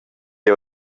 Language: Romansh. jeu